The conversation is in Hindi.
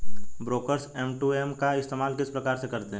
ब्रोकर्स एम.टू.एम का इस्तेमाल किस प्रकार से करते हैं?